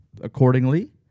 accordingly